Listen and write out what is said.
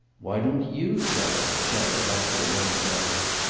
why don't you try? chad after a moment asked.